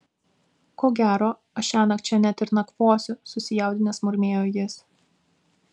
ko gero aš šiąnakt čia net ir nakvosiu susijaudinęs murmėjo jis